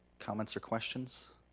comments or questions?